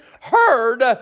heard